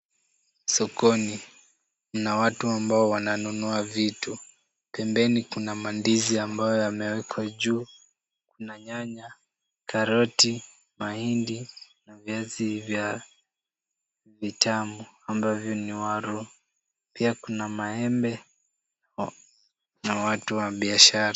Sokoni, kuna watu ambao wananunua vitu. Pembeni kuna mandizi ambayo yamewekwa juu. Kuna nyanya, karoti, mahindi na viazi vitamu ambavyo ni waruu. Pia, kuna maembe na watu wa biashara.